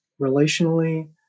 relationally